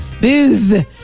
Booth